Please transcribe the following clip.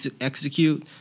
execute